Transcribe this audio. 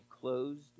closed